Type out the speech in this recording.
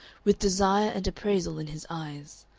with desire and appraisal in his eyes.